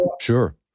Sure